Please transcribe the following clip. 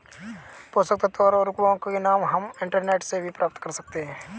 पोषक तत्व और उर्वरकों के नाम हम इंटरनेट से भी पता कर सकते हैं